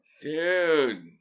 Dude